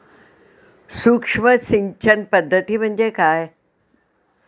सूक्ष्म सिंचन पद्धती म्हणजे काय?